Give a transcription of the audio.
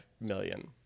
million